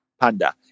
Panda